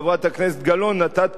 נתת פה את אחת הסיבות,